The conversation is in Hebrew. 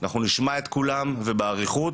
אנחנו נשמע את כולם ונשמע אותם באריכות.